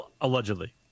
Allegedly